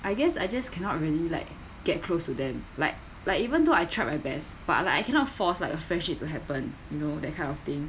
I guess I just cannot really like get close to them like like even though I tried my best but I like I cannot force like a friendship will happen you know that kind of thing